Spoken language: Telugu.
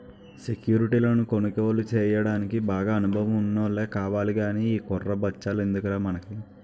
సెక్యురిటీలను కొనుగోలు చెయ్యడానికి బాగా అనుభవం ఉన్నోల్లే కావాలి గానీ ఈ కుర్ర బచ్చాలెందుకురా మనకి